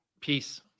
Peace